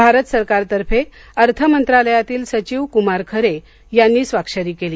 भारत सरकारतर्फे अर्थ मंत्रालयातील सचिव कुमार खरे यांनी स्वाक्षरी केली